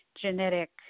genetic